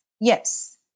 Yes